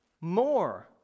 more